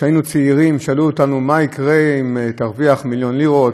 כשהיינו צעירים שאלו אותנו מה יקרה אם תרוויח מיליון לירות,